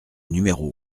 numéro